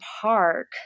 park